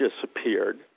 disappeared